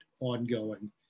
ongoing